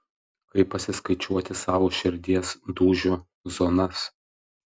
kaip pasiskaičiuoti savo širdies dūžių zonas